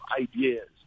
ideas